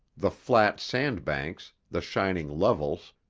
the flat sand-banks, the shining levels,